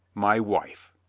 my wife!